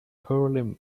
poorly